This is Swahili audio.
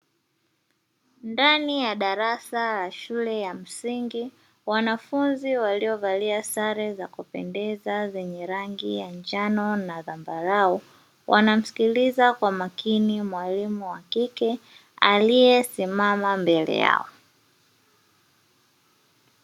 Ndani ya darasa la shule ya msingi, wanafunzi waliovalia sare za kupendeza zenye rangi ya njano na zambarau, wanamsikiliza kwa makini mwalimu wa kike aliesimama mbele yao.